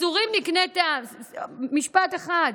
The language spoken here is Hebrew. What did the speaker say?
משפט אחד: